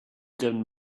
damn